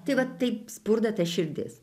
tai vat taip spurda ta širdis